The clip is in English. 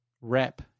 Wrap